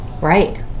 Right